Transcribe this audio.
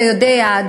אתה יודע,